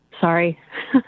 Sorry